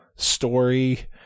story